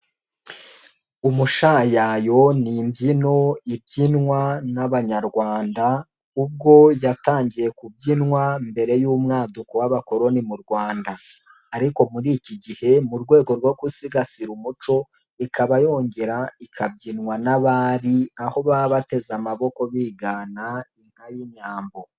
Umushayayo ni imbyino ibyinwa n'abanyarwanda ubwo yatangiye kubyinwa mbere y'umwaduko w'abakoroni mu Rwanda ariko muri iki gihe mu rwego rwo gusigasira umuco ikaba yongera ikabyinwa n'abari, aho baba bateze amaboko bigana inka y'inyambo.